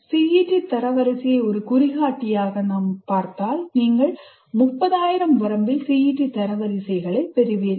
CET தரவரிசையை ஒரு குறிகாட்டியாகப் பார்த்தால் நீங்கள் 30000 வரம்பில் CET தரவரிசைகளைப் பெறுவீர்கள்